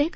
take